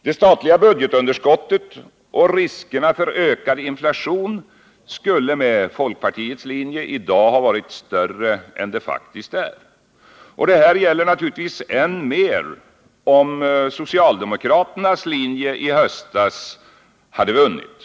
Det statliga budgetunderskottet och riskerna för ökad inflation skulle med folkpartiets linje i dag ha varit större än de faktiskt är. Och ännu större hade de varit om socialdemokraternas linje i höstas hade vunnit.